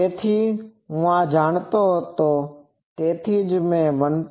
તેથી હું આ જાણતો હતો તેથી જ મેં તે 1